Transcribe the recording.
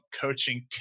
coaching